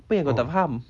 oh